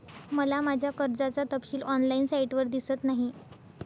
मला माझ्या कर्जाचा तपशील ऑनलाइन साइटवर दिसत नाही